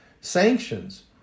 sanctions